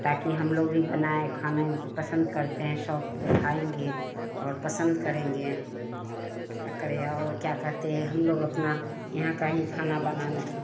ताकि हमलोग भी बनाएँ खाना पसन्द करते हैं शौक़ खाएँगे और पसन्द करेंगे क्या करें और कहते हैं हमलोग अपना यहाँ का ही खाना बनाने को